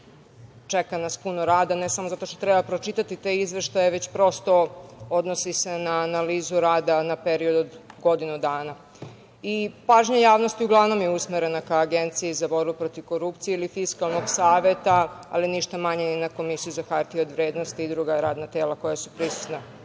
Čeka nas puno rade. Ne samo zato što treba pročitati te izveštaje već odnosi se na analizu rada na period od godinu dana. Pažnja javnosti uglavnom je usmerena ka Agenciji za borbu protiv korupcije ili Fiskalnog saveta, ali ništa manje ni na Komisiju za hartije od vrednosti i druga radna tela koja su prisutna. Uvek